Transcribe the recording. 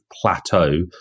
plateau